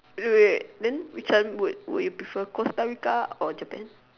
wait wait wait then which one will you prefer Costa-Rica or Japan